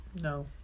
No